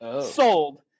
sold